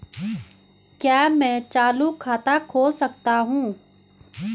क्या मैं चालू खाता खोल सकता हूँ?